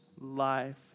life